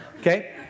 okay